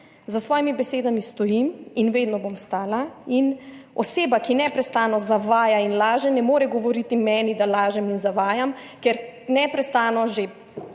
za svojimi besedami stojim in vedno bom stala in oseba, ki neprestano zavaja in laže, ne more govoriti meni, da lažem in zavajam, ker neprestano že